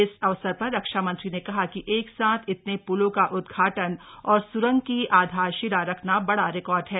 इस अवसर पर रक्षा मंत्री ने कहा कि एक साथ इतने प्लों का उद्घाटन और स्रंग की आधारशिला रखना बड़ा रिकार्ड है